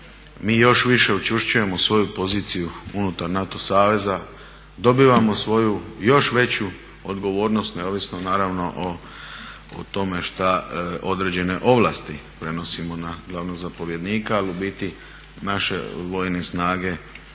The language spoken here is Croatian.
mi još više učvršćujemo svoju poziciju unutar NATO saveza, dobivamo svoju još veću odgovornost, neovisno naravno o tome šta određene ovlasti prenosimo na glavnog zapovjednika, ali u biti naše vojne snage